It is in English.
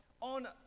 on